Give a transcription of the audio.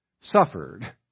suffered